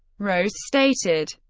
rose stated,